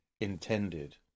intended